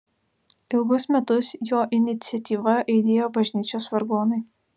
ilgus metus jo iniciatyva aidėjo bažnyčios vargonai